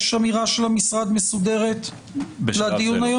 יש אמירה מסודרת של המשרד לדיון הזה?